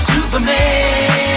Superman